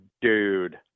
Dude